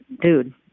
dude